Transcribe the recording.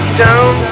down